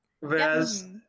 Whereas